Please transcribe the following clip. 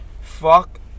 Fuck